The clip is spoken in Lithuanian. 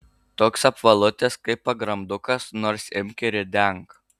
toks apvalutis kaip pagrandukas nors imk ir ridenk